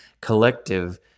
collective